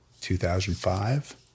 2005